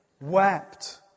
wept